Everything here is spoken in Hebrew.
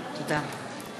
תודה.